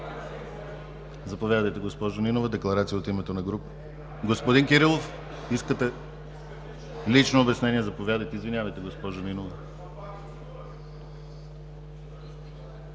Заповядайте, госпожо Нинова, декларация от името на група... Господин Кирилов искате лично обяснение? Заповядайте. Извинявайте, госпожо Нинова.